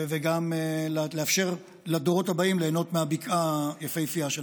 ואני רואה חשיבות גדולה מאוד גם שאנשי המקום יתפרנסו באופן סביר,